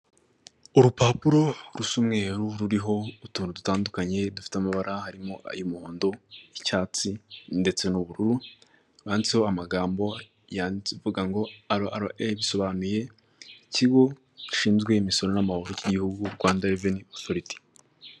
Urupapuro rusa umweru ruriho utuntu dutandukanye dufite amabara, harimo: ay'umuhondo, icyatsi ndetse n'ubururu, handitseho amagambo yanditse avuga ngo: ara ara eyi, bisobanuye ikigo gishinzwe imisoro n'amahoro cy'igihugu, Rwanda Reveni Otoriti.